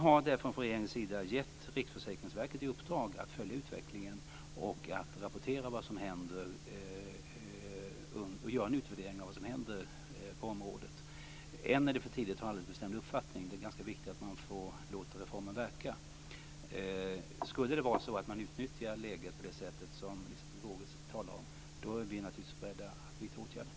Därför har regeringen gett Riksförsäkringsverket i uppdrag att följa utvecklingen och göra en utvärdering av vad som händer på området. Än är det för tidigt att ha en alldeles bestämd uppfattning. Det är ganska viktigt att man låter reformen verka. Skulle det vara så att man utnyttjar läget på det sätt som Liselotte Wågö talar om, är vi naturligtvis beredda att vidta åtgärder.